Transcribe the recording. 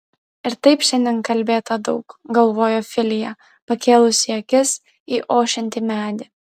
ir taip šiandien kalbėta daug galvojo filija pakėlusi akis į ošiantį medį